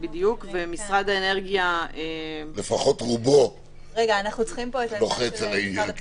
ומשרד האנרגיה --- לפחות רובו לוחץ על העניין,